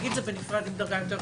ותאגיד זה בדרגה יותר גבוהה.